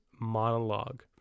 monologue